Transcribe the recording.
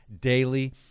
Daily